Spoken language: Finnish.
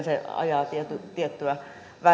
se ajaa sitten tiettyä